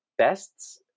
tests